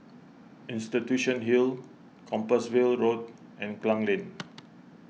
Institution Hill Compassvale Road and Klang Lane